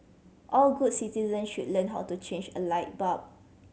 all good citizen should learn how to change a light bulb